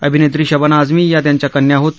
अभिनेत्री शबाना आझमी या त्यांच्या कन्या होत